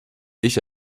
ich